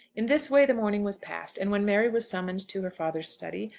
in this way the morning was passed and when mary was summoned to her father's study,